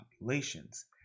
populations